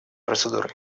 процедурой